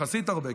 יחסית הרבה,